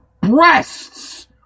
breasts